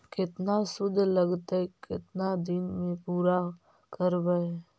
केतना शुद्ध लगतै केतना दिन में पुरा करबैय?